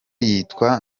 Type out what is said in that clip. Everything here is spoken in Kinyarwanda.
yitwa